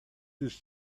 these